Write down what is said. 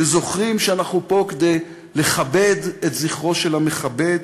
וזוכרים שאנחנו פה כדי לכבד את זכרו של המכבד,